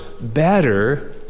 better